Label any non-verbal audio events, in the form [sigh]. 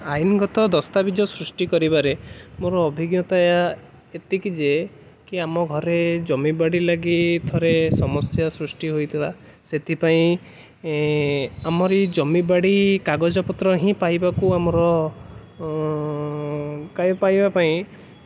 ଆଇନଗତ ଦସ୍ତାବିଜ ସୃଷ୍ଟି କରିବାରେ ମୋର ଅଭିଜ୍ଞତା ଏତିକି ଯେ କି ଆମ ଘରେ ଜମିବାଡ଼ି ଲାଗି ଥରେ ସମସ୍ୟା ସୃଷ୍ଟି ହୋଇଥିଲା ସେଥିପାଇଁ ଆମରି ଜମିବାଡ଼ି କାଗଜପତ୍ର ହିଁ ପାଇବାକୁ ଆମର [unintelligible] ପାଇବା ପାଇଁ